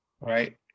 right